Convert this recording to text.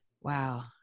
wow